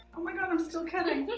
oh my god, i'm still cutting.